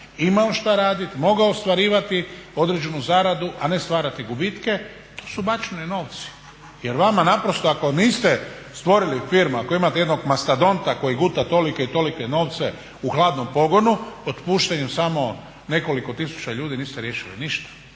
imao šta radit, mogao ostvarivati određenu zaradu, a ne stvarati gubitke su bačeni novci. Jer vama naprosto ako niste stvorili firmu, ako imate jednog mastodonta koji guta tolike i tolike novce u hladnom pogonu otpuštanjem samo nekoliko tisuća ljudi niste riješili ništa.